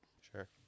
Sure